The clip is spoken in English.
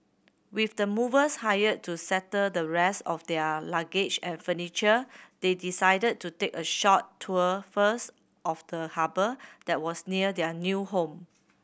with the movers hired to settle the rest of their luggage and furniture they decided to take a short tour first of the harbour that was near their new home